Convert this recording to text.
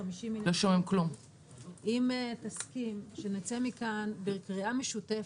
אם תסכים שנצא מכאן בקריאה משותפת,